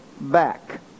back